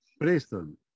preston